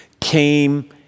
came